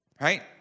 right